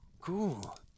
cool